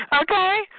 Okay